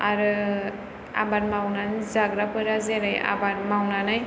आरो आबाद मावनानै जाग्राफोरा जेरै आबाद मावनानै